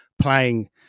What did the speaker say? playing